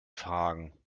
fragen